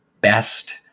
best